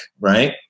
right